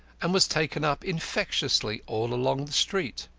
and was taken up infectiously all along the street.